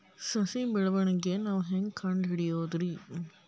ಸಸಿ ಬೆಳವಣಿಗೆ ನೇವು ಹ್ಯಾಂಗ ಕಂಡುಹಿಡಿಯೋದರಿ?